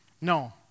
No